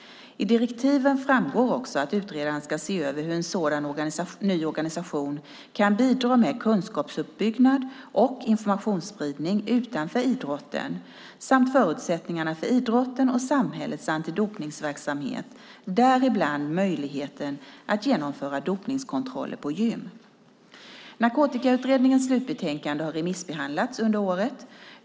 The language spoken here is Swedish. I direktiven framgår också att utredaren ska se över hur en sådan ny organisation kan bidra med kunskapsuppbyggnad och informationsspridning utanför idrotten samt förutsättningarna för idrottens och samhällets antidopningsverksamhet, däribland möjligheten att genomföra dopningskontroller på gym. Narkotikautredningens slutbetänkande har remissbehandlats under året.